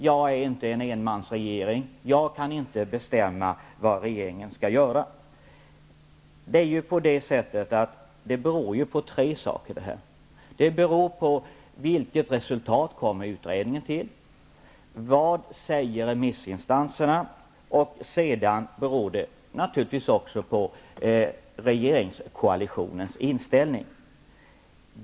Jag är inte en enmansregering, och jag kan inte bestämma vad regeringen skall göra. Detta beror på tre saker, nämligen vilket resultat som utredningen kommer fram till, vad remissinstanserna säger och regeringskoalitionens inställning.